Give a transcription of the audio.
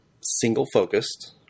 single-focused